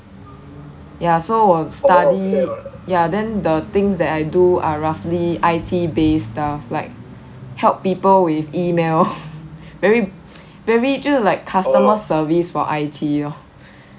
ya so 我 study ya then the things that I do are roughly I_T based stuff like help people with email very very 就是 like customer service for I_T lor